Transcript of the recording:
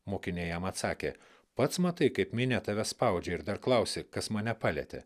mokiniai jam atsakė pats matai kaip minia tave spaudžia ir dar klausi kas mane palietė